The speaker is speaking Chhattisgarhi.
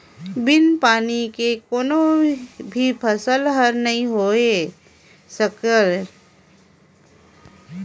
बिन पानी के कोनो भी फसल हर नइ होए सकय